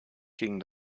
gegen